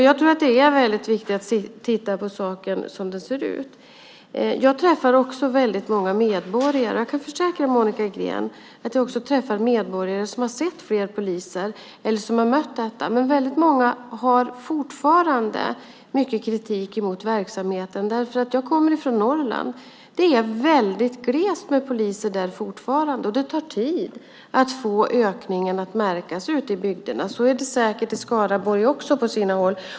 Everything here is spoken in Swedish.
Jag tror att det är viktigt att titta på saken så som den ser ut. Jag träffar många medborgare. Jag kan försäkra Monica Green om att jag också träffar medborgare som har sett fler poliser eller som har mött detta. Många har fortfarande mycket kritik mot verksamheten. Jag kommer från Norrland. Det är fortfarande glest med poliser där. Det tar tid att få ökningen att märkas ute i bygderna. Så är det säkert också i Skaraborg på sina håll.